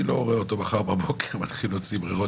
אני לא רואה אותו מחר בבוקר מתחיל להוציא ברירות